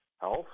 health